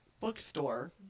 bookstore